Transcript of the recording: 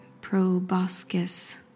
proboscis